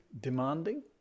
demanding